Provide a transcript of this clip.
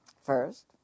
first